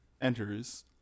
enters